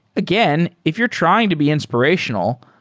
again, if you're trying to be inspirationa l,